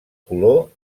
color